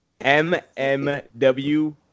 MMW